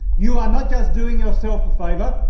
you are not just doing yourself a favour,